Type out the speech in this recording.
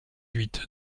huit